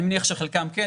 אני מניח שחלקם כן,